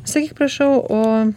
sakyk prašau o